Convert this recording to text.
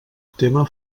tema